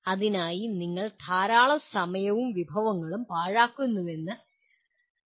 അതിനായി നിങ്ങൾ ധാരാളം സമയവും വിഭവങ്ങളും പാഴാക്കുന്നുവെന്നത് വിലമതിക്കാവുന്നതല്ല